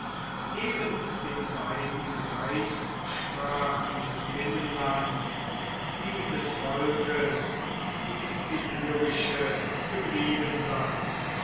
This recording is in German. neben den beiden reichssprachen im binnenland die des volkes die illyrische geblieben sein